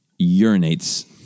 urinates